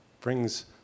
brings